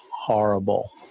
horrible